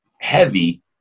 heavy